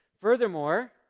Furthermore